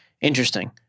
Interesting